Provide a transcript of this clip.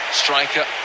striker